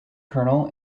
colonel